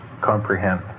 comprehend